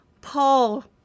Paul